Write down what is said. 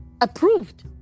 approved